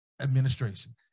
administration